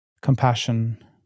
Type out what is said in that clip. compassion